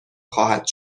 خواهد